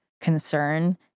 concern